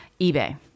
eBay